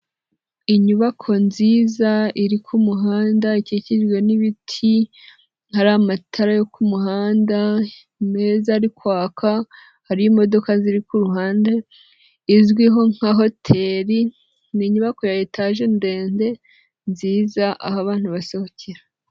Inyubako nziza iri ku muhanda ikikijwe n'ibiti, hari amatara yo ku muhanda meza ari kwaka, hari imodoka ziri kuhande izwiho nka hoteri, ni inyubako ya etaje ndende nziza aho abantu basohokera.